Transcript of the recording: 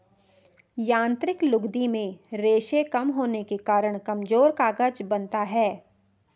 यांत्रिक लुगदी में रेशें कम होने के कारण कमजोर कागज बनता है